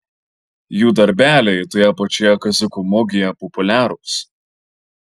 jų darbeliai toje pačioje kaziuko mugėje populiarūs